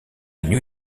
new